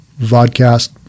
vodcast